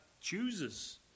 chooses